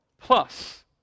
plus